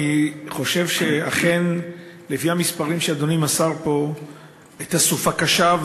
אני חושב שאכן לפי המספרים שאדוני מסר פה הייתה סופה קשה,